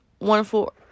wonderful